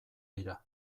dira